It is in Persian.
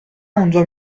اونجا